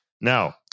Now